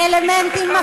אלמנטים,